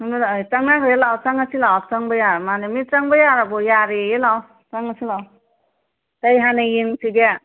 ꯆꯪꯅꯈ꯭ꯔꯦ ꯂꯥꯛꯑꯣ ꯆꯪꯉꯁꯤ ꯂꯥꯑꯣ ꯆꯪꯕ ꯌꯥꯔꯃꯥꯜꯂꯦ ꯃꯤꯁ ꯆꯪꯕ ꯌꯥꯔꯕꯣ ꯌꯥꯔꯦꯌꯦ ꯂꯥꯛꯑꯣ ꯆꯪꯉꯁꯤ ꯂꯥꯛꯑꯣ ꯀꯔꯤ ꯍꯥꯟꯅ ꯌꯦꯡꯉꯨꯁꯤꯒꯦ